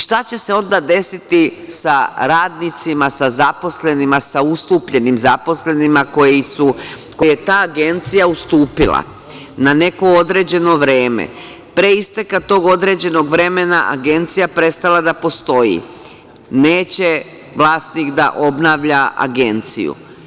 Šta će se onda desiti sa radnicima, sa zaposlenima, sa ustupljenim zaposlenima koje je ta agencija ustupila na neko određeno vreme ako je pre isteka tog određenog vremena agencija prestala da postoji, neće vlasnik da obnavlja agenciju?